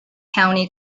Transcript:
county